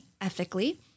ethically